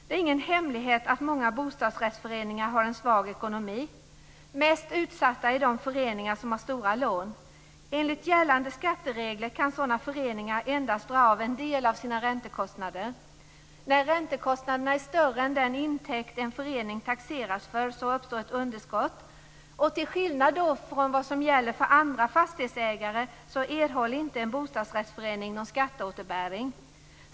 Det är ingen hemlighet att många bostadsrättsföreningar har en svag ekonomi. Mest utsatta är de föreningar som har stora lån. Enligt gällande skatteregler kan sådana föreningar endast dra av en del av sina räntekostnader. När räntekostnaderna är större än den intäkt en förening taxeras för uppstår ett underskott. Till skillnad från vad som gäller för andra fastighetsägare erhåller inte en bostadsrättsförening någon skatteåterbäring.